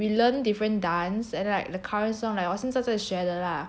we learn different dance and then like the current song like 我现在在学的 lah